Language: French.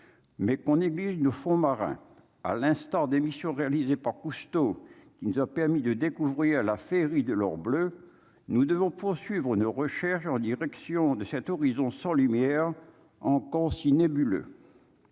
mais qu'on néglige nos fonds marins à l'instant d'émission réalisée par Cousteau qui nous a permis de découvrir la féerie de l'or bleu, nous devons poursuivre nos recherches en direction de cet horizon sans lumière en concis nébuleux